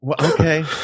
Okay